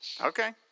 Okay